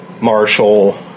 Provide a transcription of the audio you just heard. Marshall